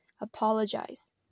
Apologize